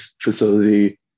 facility